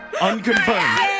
Unconfirmed